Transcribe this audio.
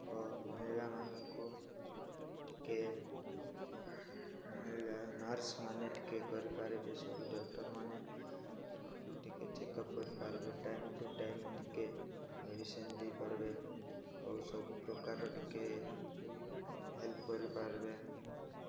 ଓ ମହିଳାମାନଙ୍କୁ ଟିକେ ମହିଳା ନର୍ସ ମାନେ ଟିକେ କରିପାରିବେ ସବୁ ଡକ୍ଟରମାନେ ଟିକେ ଚେକଅପ୍ କରିପାରିବେ ଟାଇମ୍ ଟୁ ଟାଇମ୍ ଟିକେ ମେଡ଼ିସିନ ଦେଇପାରିବେ ଆଉ ସବୁ ପ୍ରକାର ଟିକେ ହେଲ୍ପ କରିପାରିବେ